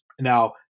Now